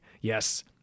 Yes